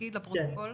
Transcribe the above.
והתפקיד לפרוטוקול.